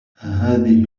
أهذه